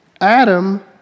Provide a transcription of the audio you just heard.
Adam